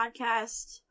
podcast